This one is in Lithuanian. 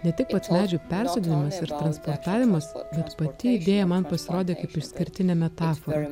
ne tik pats medžių persodinimas transportavimas bet pati idėja man pasirodė kaip išskirtinė metafora